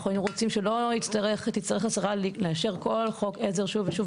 אנחנו היינו רוצים שלא תצטרך השרה לאשר כל חוק עזר שוב ושוב,